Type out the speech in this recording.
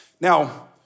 Now